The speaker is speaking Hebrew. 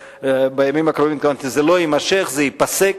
בימים הקרובים, התכוונתי, זה לא יימשך, זה ייפסק,